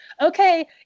okay